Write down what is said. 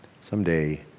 Someday